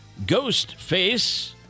Ghostface